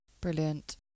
brilliant